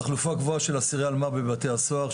תחלופה גבוהה של אסירי אלמ"ב בבתי הסוהר,